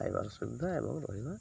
ଖାଇବାର ସୁବିଧା ଏବଂ ରହିବା